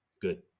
Good